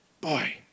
Boy